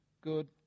good